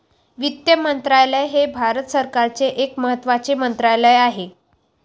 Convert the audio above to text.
वित्त मंत्रालय हे भारत सरकारचे एक महत्त्वाचे मंत्रालय आहे